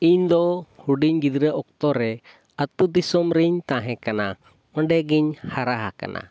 ᱤᱧᱫᱚ ᱦᱩᱰᱤᱧ ᱜᱤᱫᱽᱨᱟᱹ ᱚᱠᱛᱚᱨᱮ ᱟᱛᱳᱼᱫᱤᱥᱚᱢᱨᱮᱧ ᱛᱟᱦᱮᱸᱠᱟᱱᱟ ᱚᱸᱰᱮᱜᱮᱧ ᱦᱟᱨᱟ ᱟᱠᱟᱱᱟ